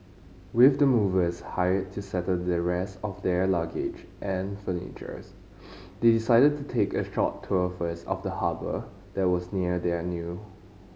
with the movers hired to settle the rest of their luggage and furniture's they decided to take a short tour first of the harbour that was near their new